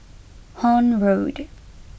Horne Road